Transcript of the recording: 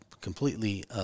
completely